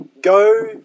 go